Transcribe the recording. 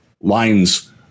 lines